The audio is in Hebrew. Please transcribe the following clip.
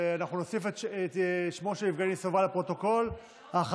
אנחנו נוסיף את שמו של יבגני סובה לפרוטוקול, אך